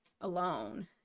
alone